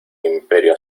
imperio